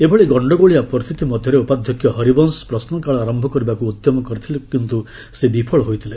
ଏଭଳି ଗଶ୍ଚଗୋଳିଆ ପରିସ୍ଥିତି ମଧ୍ୟରେ ଉପାଧ୍ୟକ୍ଷ ହରିବଂଶ ପ୍ରଶ୍ରକାଳ ଆରମ୍ଭ କରିବାକୃ ଉଦ୍ୟମ କରିଥିଲେ କିନ୍ତୁ ସେ ବିଫଳ ହୋଇଥିଲେ